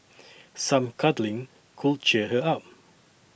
some cuddling could cheer her up